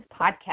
podcast